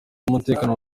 y’umutekano